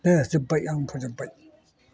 दे जोब्बाय आं फोजोब्बाय